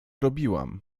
robiłam